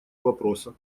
вопроса